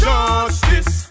Justice